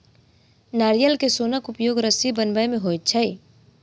नारियल के सोनक उपयोग रस्सी बनबय मे होइत छै